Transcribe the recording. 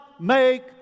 make